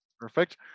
perfect